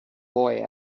boy